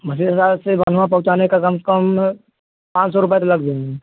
मछली बाजार से बनुआ पहुँचाने का कम से कम पाँच सौ रुपये तो लग जाएँगे